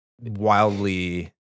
wildly